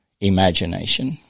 Imagination